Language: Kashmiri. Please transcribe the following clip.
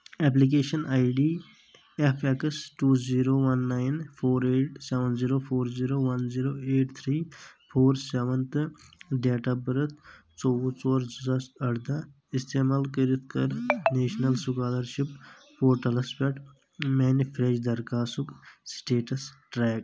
application I D F X two zero one nine four eight seven zero four zero one zero eight three four seven تہٕ ڈیٹ آف بٔرتھ ژووُہ ژور زٕ ساس اردہ استعمال کٔرِتھ کر نیشنل سُکالرشپ پورٹلس پٮ۪ٹھ میانہِ فریش درخواستُک سٹیٹس ٹریک